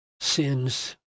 sins